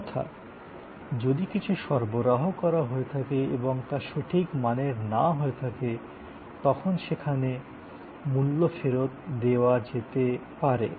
অন্যথা যদি কিছু সরবরাহ করা হয়ে থাকে এবং তা সঠিক মানের না হয় থাকে তখন সেখানে মূল্য ফেরত দেওয়া যেতে পারে